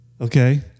Okay